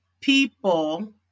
people